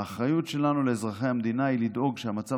האחריות שלנו לאזרחי המדינה היא לדאוג שהמצב